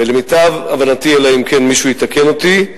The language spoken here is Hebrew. ולמיטב הבנתי, אלא אם כן מישהו יתקן אותי,